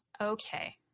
Okay